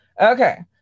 Okay